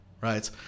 right